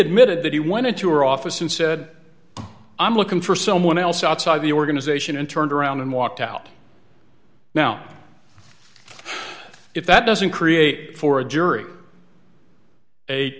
admitted that he went into her office and said i'm looking for someone else outside the organization and turned around and walked out now if that doesn't create for a jury